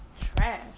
Trash